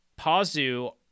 Pazu